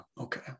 Okay